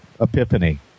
epiphany